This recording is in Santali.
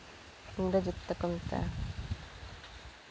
ᱤᱝᱨᱮᱡᱤ ᱛᱮᱫᱚ ᱠᱚ ᱢᱮᱛᱟᱜᱼᱟ